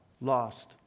Lost